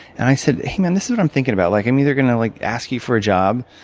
and i said, hey, man, this is what i'm thinking about. like i'm either going to like ask you for a job,